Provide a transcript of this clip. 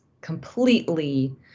completely